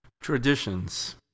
Traditions